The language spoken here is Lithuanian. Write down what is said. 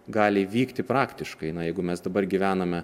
gali vykti praktiškai na jeigu mes dabar gyvename